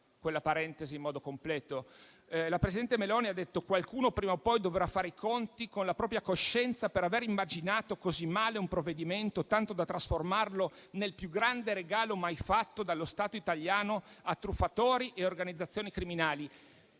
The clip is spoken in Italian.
La presidente Meloni ha detto che qualcuno prima o poi dovrà fare i conti con la propria coscienza per aver immaginato così male un provvedimento, tanto da trasformarlo nel più grande regalo mai fatto dallo Stato italiano a truffatori e organizzazioni criminali.